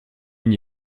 n’y